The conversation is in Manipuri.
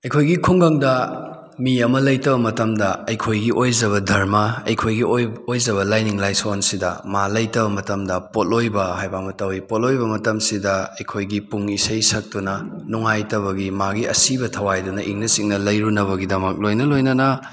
ꯑꯩꯈꯣꯏꯒꯤ ꯈꯨꯡꯒꯪꯗ ꯃꯤ ꯑꯃ ꯂꯩꯇꯕ ꯃꯇꯝꯗ ꯑꯩꯈꯣꯏꯒꯤ ꯑꯣꯏꯖꯕ ꯗꯔꯃꯥ ꯑꯩꯈꯣꯏꯒꯤ ꯑꯣꯏꯖꯕ ꯂꯥꯏꯅꯤꯡ ꯂꯥꯏꯁꯣꯟꯁꯤꯗ ꯃꯥ ꯂꯩꯇꯕ ꯃꯇꯝꯗ ꯄꯣꯠꯂꯣꯏꯕ ꯍꯥꯏꯕ ꯑꯃ ꯇꯧꯏ ꯄꯣꯠꯂꯣꯏꯕ ꯃꯇꯝꯁꯤꯗ ꯑꯩꯈꯣꯏꯒꯤ ꯄꯨꯡ ꯏꯁꯩ ꯁꯛꯇꯨꯅ ꯅꯨꯡꯉꯥꯏꯇꯕꯒꯤ ꯃꯥꯒꯤ ꯑꯁꯤꯕ ꯊꯥꯋꯥꯏꯗꯨꯅ ꯏꯪꯅ ꯆꯤꯛꯅ ꯂꯩꯔꯨꯅꯕꯒꯤꯗꯃꯛ ꯂꯣꯏꯅ ꯂꯣꯏꯅꯅ